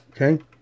okay